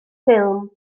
ffilm